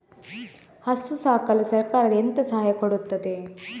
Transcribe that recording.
ಹಸು ಸಾಕಲು ಸರಕಾರ ಎಂತ ಸಹಾಯ ಕೊಡುತ್ತದೆ?